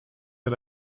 and